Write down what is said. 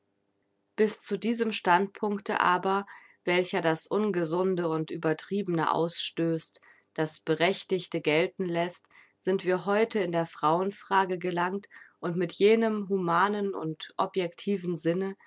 bis zu diesem standpunkte aber welcher das ungesunde und uebertriebene ausstößt das berechtigte gelten läßt sind wir heute in der frauenfrage gelangt und mit jenem humanen und objectiven sinne